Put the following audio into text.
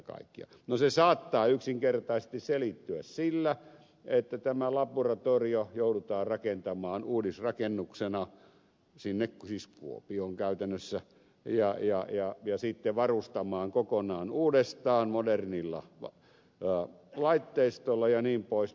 no se saattaa yksinkertaisesti selittyä sillä että tämä laboratorio joudutaan rakentamaan uudisrakennuksena sinne siis kuopioon käytännössä ja sitten varustamaan kokonaan uudestaan modernilla laitteistolla jnp